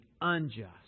unjust